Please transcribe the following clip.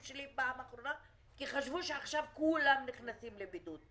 שלי בפעם האחרונה כי חשבו שעכשיו כולם נכנסים לבידוד.